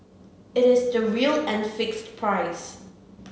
it is the real and fixed price